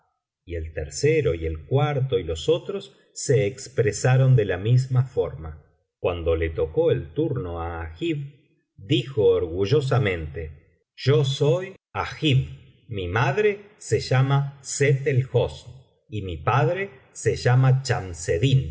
y el tercero y el cuarto y los otros se expresaron en la misma forma cuando le tocó el turno á agib dijo orgullosamente yo soy agib mi madre se llama sett el hosn y mi padre se llama